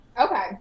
okay